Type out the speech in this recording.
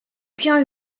bien